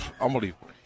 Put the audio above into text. unbelievable